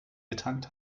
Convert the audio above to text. getankt